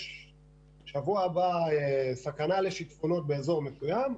בשבוע הבא סכנה לשיטפונות באזור מסוים,